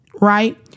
Right